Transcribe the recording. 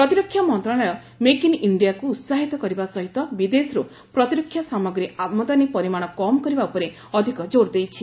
ପ୍ରତିରକ୍ଷା ମନ୍ତ୍ରଣାଳୟ make in ଇଣ୍ଡିଆକୁ ଉସାହିତ କରିବା ସହିତ ବିଦେଶରୁ ପ୍ରତିରକ୍ଷା ସାମଗ୍ରୀ ଆମଦାନୀ ପରିମାଣ କମ୍ କରିବା ଉପରେ ଅଧିକ ଜୋର୍ ଦେଇଛି